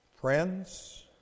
friends